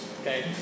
Okay